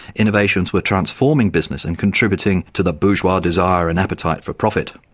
innovations were transforming business and contributing to the bourgeois desire and appetite for profit.